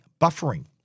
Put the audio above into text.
buffering